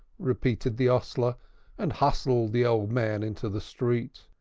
repeated the hostler and hustled the old man into the street.